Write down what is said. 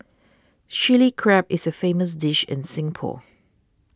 Chilli Crab is a famous dish in Singapore